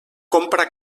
compra